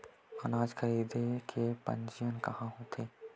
अनाज खरीदे के पंजीयन कहां होथे?